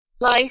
Life